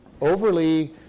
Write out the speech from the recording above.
overly